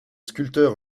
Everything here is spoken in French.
sculpteurs